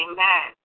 Amen